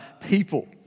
people